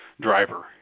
driver